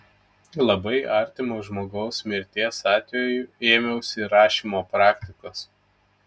labai artimo žmogaus mirties atveju ėmiausi rašymo praktikos